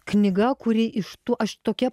knyga kurį iš tų aš tokia